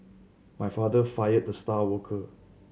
my father fired the star worker